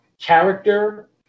Character